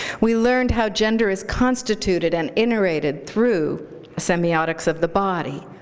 we learned how gender is constituted and iterated through semiotics of the body,